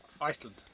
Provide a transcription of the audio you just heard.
iceland